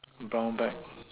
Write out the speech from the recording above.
brown bag